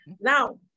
Now